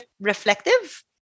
reflective